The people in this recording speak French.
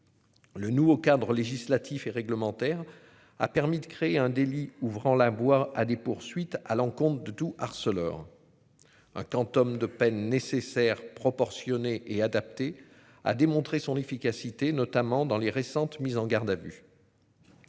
Le nouveau cadre législatif et réglementaire a permis de créer un délit, ouvrant la voie à des poursuites à l'encontre de tout Arcelor. Un quantum de peine nécessaire proportionnée et adaptée a démontré son efficacité, notamment dans les récentes mises en garde à vue.